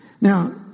Now